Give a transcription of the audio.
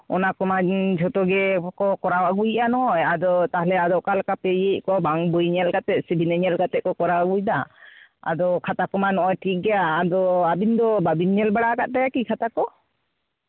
ᱚᱱᱟ ᱠᱚᱢᱟ ᱡᱷᱚᱛᱚᱜᱮ ᱠᱚ ᱠᱚᱨᱟᱣ ᱟᱹᱜᱩᱭᱮᱫᱟ ᱱᱚᱜᱼᱚᱭ ᱟᱫᱚ ᱛᱟᱦᱞᱮ ᱚᱠᱟ ᱞᱮᱠᱟᱯᱮ ᱤᱭᱟᱹᱭᱮᱫ ᱠᱚᱣᱟ ᱵᱟᱝ ᱵᱳᱭ ᱧᱮᱞ ᱠᱟᱛᱮᱫ ᱥᱮ ᱵᱤᱱᱟᱹ ᱧᱮᱞ ᱠᱟᱛᱮᱫ ᱠᱚ ᱠᱚᱨᱟᱣ ᱟᱹᱜᱩᱭᱮᱫᱟ ᱟᱫᱚ ᱠᱷᱟᱛᱟ ᱠᱚ ᱢᱟ ᱱᱚᱜᱼᱚᱭ ᱴᱷᱤᱠ ᱜᱮ ᱟᱫᱚ ᱟᱹᱵᱤᱱ ᱫᱚ ᱵᱟᱹᱵᱤᱱ ᱧᱮᱞ ᱵᱟᱲᱟᱣ ᱠᱟᱫ ᱛᱟᱭᱟ ᱠᱤ ᱠᱷᱟᱛᱟ ᱠᱚ